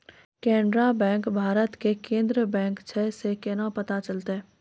Canara bank Bharat के केन्द्रीय bank छै से केना पता चलतै?